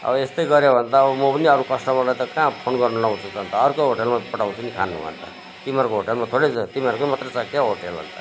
अब यस्तै गऱ्यो भने त अब म पनि अरू कस्टमरलाई त कहाँ फोन गर्नु लाउँछु त अन्त अर्को होटेलमा पठाउँछु नि खानु अन्त तिमीहरूको होटलमा थोरै छ तिमीहरूकै मात्रै छ क्याउ होटल अन्त